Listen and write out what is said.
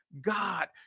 God